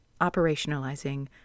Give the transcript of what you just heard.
operationalizing